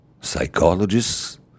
Psychologists